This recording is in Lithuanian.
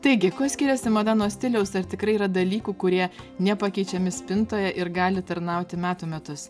taigi kuo skiriasi mada nuo stiliaus ar tikrai yra dalykų kurie nepakeičiami spintoje ir gali tarnauti metų metus